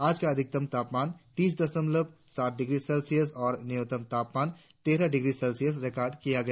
आज का अधिकतम तापमान तीस दशमलव साथ डिग्री सेल्सियस और न्यूनतम तापमान तेरह सेल्सियस रिकार्ड किया गया